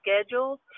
schedules